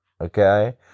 Okay